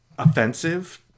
offensive